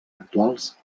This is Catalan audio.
actuals